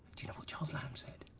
do you know what charles lamb said?